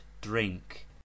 drink